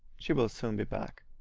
she will soon be back.